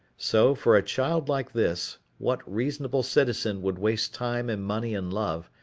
so, for a child like this, what reasonable citizen would waste time and money and love,